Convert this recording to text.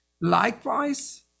Likewise